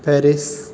Paris